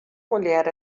mulher